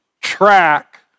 track